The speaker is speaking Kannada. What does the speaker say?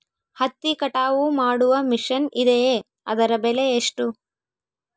ಹತ್ತಿ ಕಟಾವು ಮಾಡುವ ಮಿಷನ್ ಇದೆಯೇ ಅದರ ಬೆಲೆ ಎಷ್ಟು?